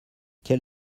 quel